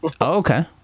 Okay